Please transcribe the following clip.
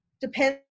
depends